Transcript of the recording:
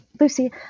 Lucy